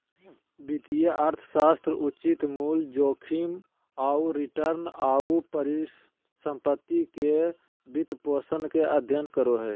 वित्तीय अर्थशास्त्र उचित मूल्य, जोखिम आऊ रिटर्न, आऊ परिसम्पत्ति के वित्तपोषण के अध्ययन करो हइ